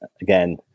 again